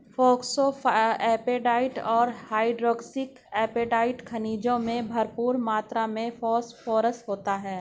phosphoapatite और hydroxy apatite खनिजों में भरपूर मात्र में फोस्फोरस होता है